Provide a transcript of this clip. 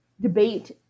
debate